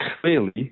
clearly